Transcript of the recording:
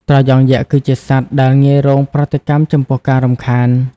ត្រយងយក្សគឺជាសត្វដែល ងាយរងប្រតិកម្មចំពោះការរំខាន។